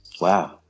wow